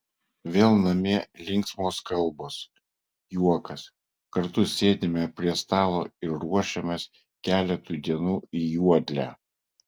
vėl namie linksmos kalbos juokas kartu sėdime prie stalo ir ruošiamės keletui dienų į juodlę